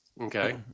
Okay